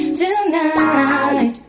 tonight